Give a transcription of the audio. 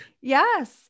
Yes